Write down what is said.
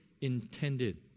intended